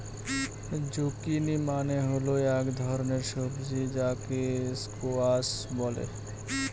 zucchini মানে হল এক ধরনের সবজি যাকে স্কোয়াশ বলে